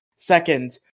Second